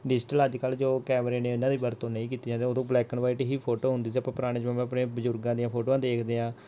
digital ਅੱਜ ਕੱਲ੍ਹ ਜੋ ਕੈਮਰੇ ਨੇ ਇਹਨਾਂ ਦੀ ਵਰਤੋਂ ਨਹੀਂ ਕੀਤੀ ਜਾਂਦੀ ਉਦੋਂ ਬਲੈਕ ਐਡ ਵਾਈਟ ਹੀ ਫੋਟੋ ਹੁੰਦੀ ਸੀ ਆਪਾਂ ਪੁਰਾਣੇ ਜ਼ਮਾਨੇ ਆਪਣੇ ਬਜ਼ੁਰਗਾਂ ਦੀਆਂ ਫੋਟੋਆਂ ਦੇਖਦੇ ਹਾਂ